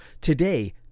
today